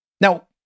Now